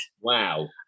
wow